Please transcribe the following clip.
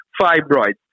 fibroids